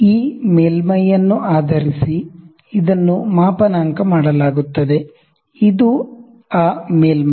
ಈ ಮೇಲ್ಮೈಯನ್ನು ಆಧರಿಸಿ ಇದನ್ನು ಕ್ಯಾಲಿಬ್ರೇಟ್ ಮಾಡಲಾಗುತ್ತದೆ ಇದು ಆ ಮೇಲ್ಮೈ